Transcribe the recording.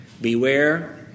Beware